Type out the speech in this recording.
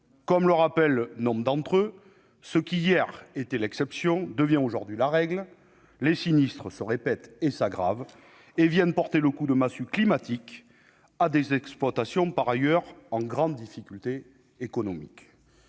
Comme le rappellent nombre d'entre eux, « ce qui, hier, était l'exception devient aujourd'hui la règle, les sinistres se répètent et s'aggravent, et viennent porter le coup de massue climatique à des exploitations par ailleurs en grande difficulté économique